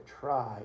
try